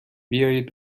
بیایید